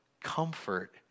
comfort